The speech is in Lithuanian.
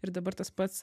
ir dabar tas pats